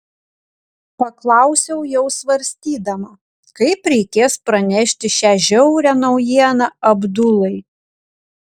paklausiau jau svarstydama kaip reikės pranešti šią žiaurią naujieną abdulai